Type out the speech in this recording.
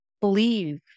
believe